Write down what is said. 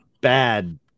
bad